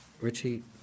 Richie